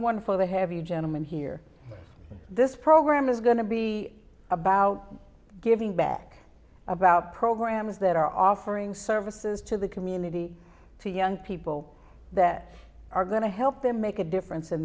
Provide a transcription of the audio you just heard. wonderful to have you gentlemen here this program is going to be about giving back about programs that are offering services to the community to young people that are going to help them make a difference in